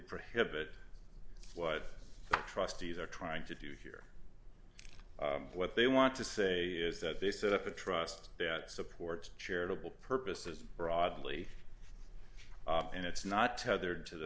prohibit what trustees are trying to do here what they want to say is that they set up a trust that supports charitable purposes broadly and it's not tethered to the